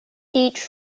each